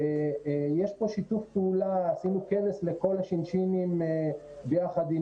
יש כאן שיתוף פעולה והיא מוכרת לכל השין-שינים יחד עם